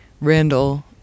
randall